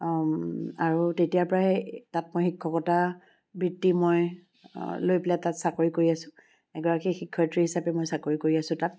আৰু তেতিয়াৰ পৰাই তাত মই শিক্ষকতা বৃত্তি মই লৈ পেলাই তাত চাকৰি কৰি আছোঁ এগৰাকী শিক্ষয়ত্ৰী হিচাপে মই চাকৰি কৰি আছোঁ তাত